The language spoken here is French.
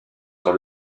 sur